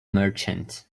merchant